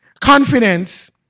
Confidence